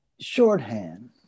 shorthand